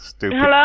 Hello